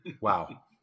Wow